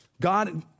God